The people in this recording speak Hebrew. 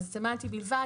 מי